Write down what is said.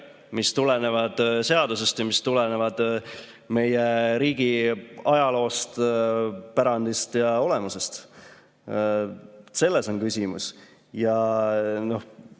mis tulenevad seadusest ja meie riigi ajaloost, pärandist ja olemusest. Selles on küsimus.